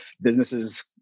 businesses